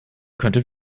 könntet